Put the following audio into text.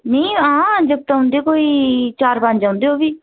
नेईं हां जागत औंदे कोई चार पंज औंदे ओह् बी